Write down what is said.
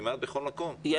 כמעט בכל מקום,